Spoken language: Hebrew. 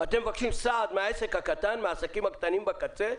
אתם מבקשים סעד מהעסקים הקטנים בקצה?